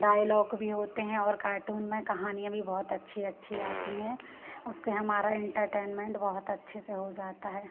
dialogue भी होते हैं और कार्टून में कहानियाँ भी बहुत अच्छी अच्छी आती हैं उससे हमारा इंटरटेनमेंट बहुत अच्छे से हो जाता है